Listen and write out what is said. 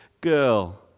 girl